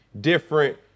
different